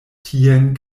tien